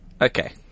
Okay